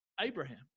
Abraham